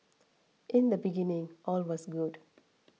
in the beginning all was good